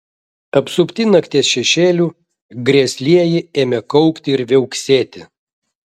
apsupti nakties šešėlių grėslieji ėmė kaukti ir viauksėti